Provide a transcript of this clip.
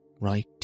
right